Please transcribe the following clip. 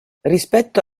rispetto